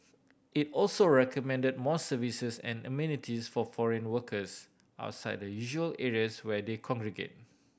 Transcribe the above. it also recommended more services and amenities for foreign workers outside the usual areas where they congregate